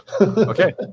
Okay